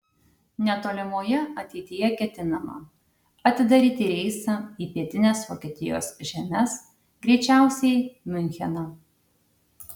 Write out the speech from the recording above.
netolimoje ateityje ketinama atidaryti reisą į pietines vokietijos žemes greičiausiai miuncheną